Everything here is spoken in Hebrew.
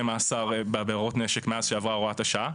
מאסר בעבירות נשק מאז שעברה הוראת השעה.